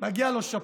מגיע לו שאפו.